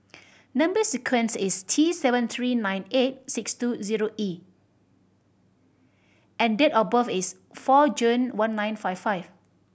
number sequence is T seven three nine eight six two zero E and date of birth is four June one nine five five